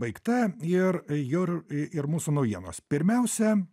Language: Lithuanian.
baigta ir jur i ir mūsų naujienos pirmiausia